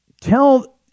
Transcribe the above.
tell